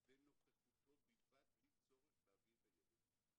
בנוכחותו בלבד בלי צורך להביא את הילד.